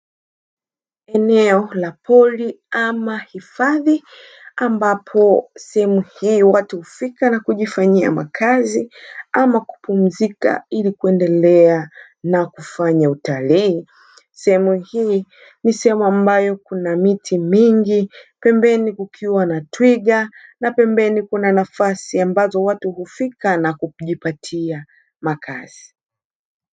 Eneo la pori ama hifadhi, ambapo sehemu hii watu hufika na kujifanyia makazi ama kupumzika ili kuendelea na kufanya utalii. Sehemu hii ni sehemu ambayo kuna miti mingi, pembeni kukiwa na twiga, na pembeni kuna nafasi ambazo watu hufika na kujipatia makazi.